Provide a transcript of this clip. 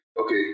Okay